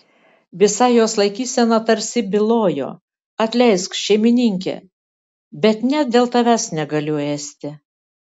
visa jos laikysena tarsi bylojo atleisk šeimininke bet net dėl tavęs negaliu ėsti